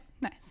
nice